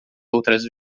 outras